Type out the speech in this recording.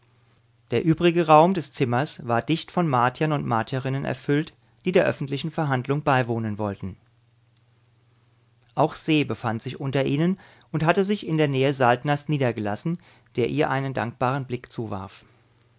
der übrige raum des zimmers war dicht von martiern und martierinnen erfüllt die der öffentlichen verhandlung beiwohnen wollten auch se befand sich unter ihnen und hatte sich in der nähe saltners niedergelassen der ihr einen dankbaren blick zuwarf